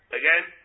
again